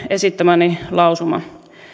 esittämäni toinen lausuma